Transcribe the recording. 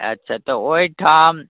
अच्छा तऽ ओहिठाम